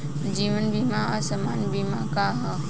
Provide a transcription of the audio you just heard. जीवन बीमा आ सामान्य बीमा का ह?